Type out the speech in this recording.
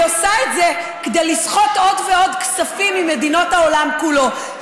היא עושה את זה כדי לסחוט עוד כספים ועוד ממדינות העולם כולו,